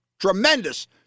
Tremendous